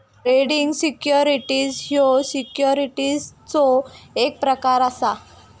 trading securities ह्यो सिक्युरिटीजचो एक प्रकार असा